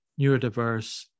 neurodiverse